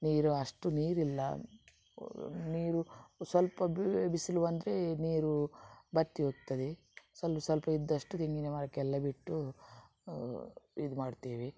ನೀರು ಅಷ್ಟು ನೀರಿಲ್ಲ ನೀರು ಸ್ವಲ್ಪ ಬಿಸಿಲು ಬಂದರೆ ನೀರು ಬತ್ತಿ ಹೋಗ್ತದೆ ಸ್ವಲ್ಪ ಸ್ವಲ್ಪ ಇದ್ದಷ್ಟು ತೆಂಗಿನ ಮರಕ್ಕೆಲ್ಲ ಬಿಟ್ಟು ಇದು ಮಾಡ್ತೀವಿ